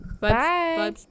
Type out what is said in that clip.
Bye